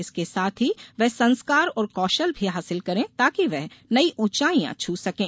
इसके साथ ही वे संस्कार और कौशल भी हासिल करें ताकि वे नई ऊंचाईयां छू सकें